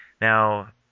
Now